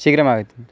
शीघ्रम् आगच्छन्तु